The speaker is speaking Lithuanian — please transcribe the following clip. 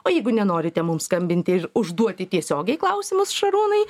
o jeigu nenorite mums skambinti ir užduoti tiesiogiai klausimus šarūnai